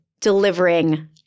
delivering